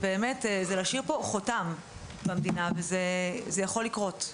זה להשאיר פה חותם במדינה וזה יכול לקרות.